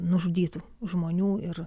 nužudytų žmonių ir